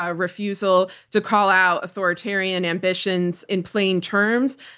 ah refusal to call out authoritarian ambitions in plain terms.